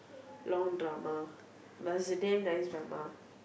long drama but is a damm nice drama